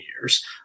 years